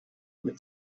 mit